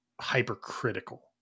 hypercritical